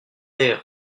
terre